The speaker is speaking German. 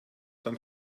dann